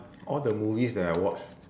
all the movies that I watch